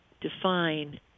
define